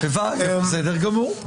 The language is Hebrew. בסדר גמור.